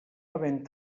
havent